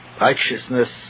righteousness